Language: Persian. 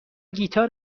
گیتار